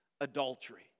adultery